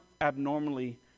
abnormally